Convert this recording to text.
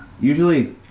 usually